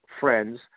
friends